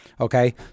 okay